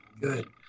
good